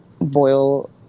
boil